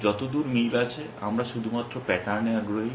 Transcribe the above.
যতদূর মিল আছে আমরা শুধুমাত্র প্যাটার্নে আগ্রহী